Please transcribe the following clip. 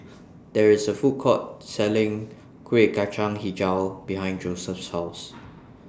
There IS A Food Court Selling Kueh Kacang Hijau behind Joseph's House